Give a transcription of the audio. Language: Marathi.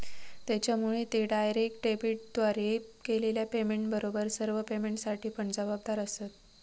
त्येच्यामुळे ते डायरेक्ट डेबिटद्वारे केलेल्या पेमेंटबरोबर सर्व पेमेंटसाठी पण जबाबदार आसंत